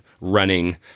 running